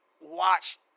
watch